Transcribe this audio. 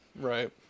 Right